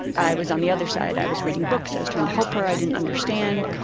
i was on the other side. i was reading books, i was trying to help her, i didn't understand.